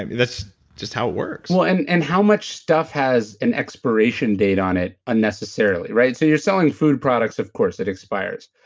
and that's just how it works well, and and how much stuff has an expiration date on it unnecessarily, right? so you're selling food products? of course, it expires,